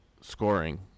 scoring